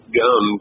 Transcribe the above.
gum